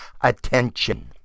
attention